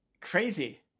Crazy